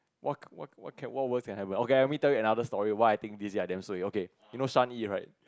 what what what can what was have okay let me tell you another story why I think this year I damn suay okay you know Sun Ee right